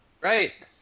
Right